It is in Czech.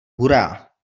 hurá